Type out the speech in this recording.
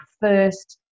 first